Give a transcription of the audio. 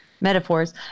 metaphors